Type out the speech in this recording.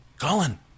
Colin